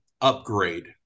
upgrade